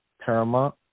Paramount